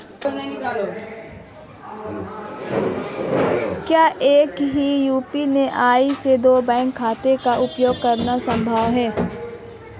क्या एक ही यू.पी.आई से दो बैंक खातों का उपयोग करना संभव है?